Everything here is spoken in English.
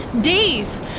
Days